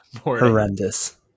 horrendous